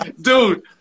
Dude